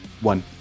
One